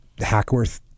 hackworth